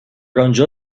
انجا